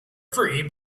free